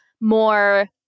more